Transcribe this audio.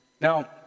Now